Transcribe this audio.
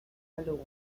alone